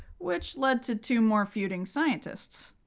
which led to two more feuding scientists.